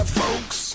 folks